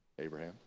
Abraham